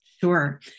Sure